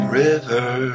river